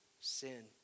sin